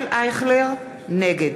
נגד